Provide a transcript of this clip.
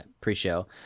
Pre-show